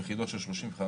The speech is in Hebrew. יחידות 35,